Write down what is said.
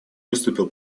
выступил